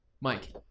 Mike